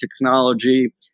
technology